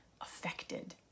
affected